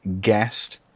guest